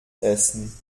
essen